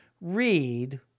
read